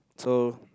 so